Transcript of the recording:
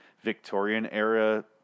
Victorian-era